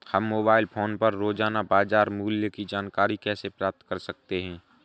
हम mobile phone पर रोजाना बाजार मूल्य की जानकारी कैसे प्राप्त कर सकते हैं?